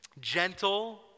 gentle